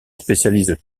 spécialise